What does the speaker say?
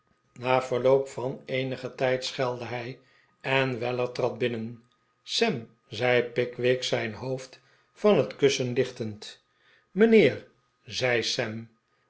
na verloop van eenigen tijd schelde hij en weller trad binnen sam zei pickwick zijn hoofd van het kussen lichtend mijnheer zei sam